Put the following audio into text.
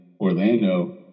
Orlando